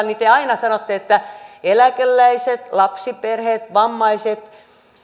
niin te aina tuotte esiin eläkeläiset lapsiperheet vammaiset sanotte että